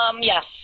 Yes